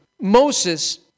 Moses